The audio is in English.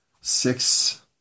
six